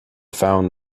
found